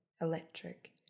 electric